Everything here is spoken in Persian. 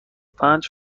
پنج